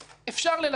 אפשר ללטש.